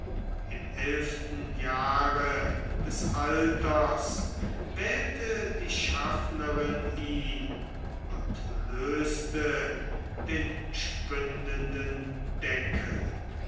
im elften jahre des alters wählte die schaffnerin ihn und löste den spündenden deckel